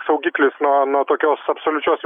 saugiklis nuo nuo tokios absoliučios